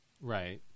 right